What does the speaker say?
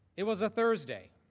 it was a thursday.